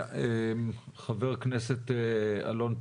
חבר הכנסת אלון טל,